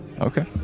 Okay